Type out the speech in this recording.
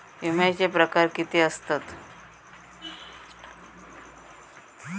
विमाचे प्रकार किती असतत?